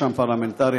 רשם פרלמנטרי,